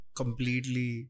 completely